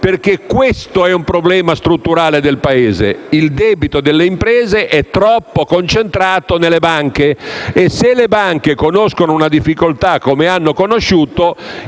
Perché questo è un problema strutturale del Paese: il debito delle imprese è troppo concentrato nelle banche e se le banche conoscono una difficoltà, come hanno conosciuto,